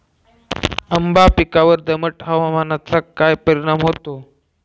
आंबा पिकावर दमट हवामानाचा काय परिणाम होतो?